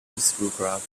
schoolcraft